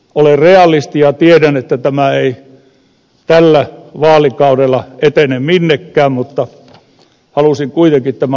olen realisti ja tiedän että tämä ei tällä vaalikaudella etene minnekään mutta halusin kuitenkin tämän lakiesityksen tehdä